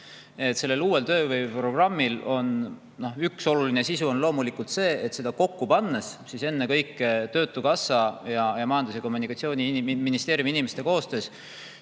Selle uue tööhõiveprogrammi üks oluline [külg] on loomulikult see, et seda kokku pannes, ennekõike töötukassa ja Majandus- ja Kommunikatsiooniministeeriumi inimeste koostöös,